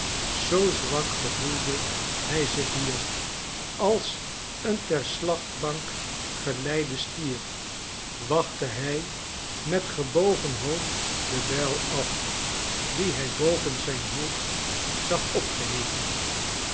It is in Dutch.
zoo zwak gevoelde hij zich hier als een ter slachtbank geleide stier wachtte hij met gebogen hoofd de bijl af die hij boven zijn hoofd zag opgeheven